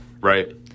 Right